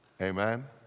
Amen